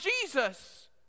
Jesus